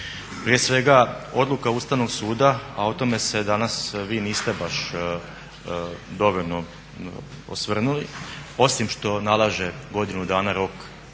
Prije svega odluka Ustavnog suda, a o tome se danas vi niste baš dovoljno osvrnuli osim što nalaže godinu dana rok za